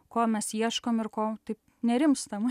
ko mes ieškom ir ko taip nerimstam